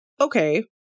Okay